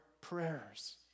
prayers